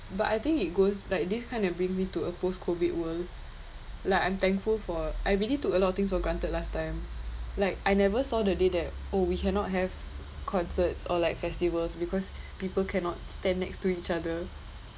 but I think it goes like this kind of bring me to a post-COVID world like I'm thankful for I really took a lot of things for granted last time like I never saw the day that oh we cannot have concerts or like festivals because people cannot stand next to each other